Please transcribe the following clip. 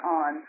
on